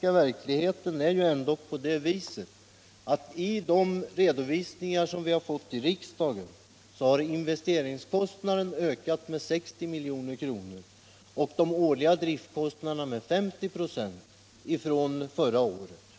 Verkligheten är ändå att i de redovisningar vi fått i riksdagen har investeringskostnaden ökat med 60 milj.kr. och de årliga driftkostnaderna med 50 26 från förra året.